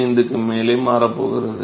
75க்கு மேல் மாறப் போகிறது